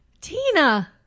Tina